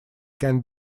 can